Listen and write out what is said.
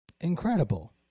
Incredible